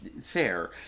fair